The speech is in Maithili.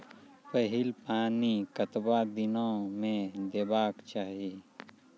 पहिल पानि कतबा दिनो म देबाक चाही?